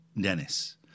Dennis